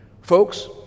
Folks